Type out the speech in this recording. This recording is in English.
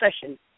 session